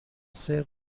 سرو